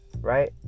Right